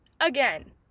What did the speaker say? again